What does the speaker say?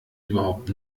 überhaupt